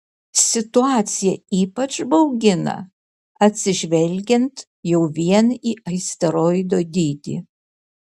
situacija ypač baugina atsižvelgiant jau vien į asteroido dydį